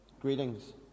Greetings